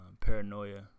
Paranoia